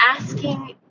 asking